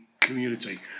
community